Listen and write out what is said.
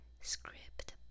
Script